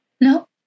no